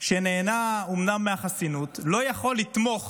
שאומנם נהנה מהחסינות, לא יכול לתמוך